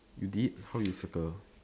you did how you circle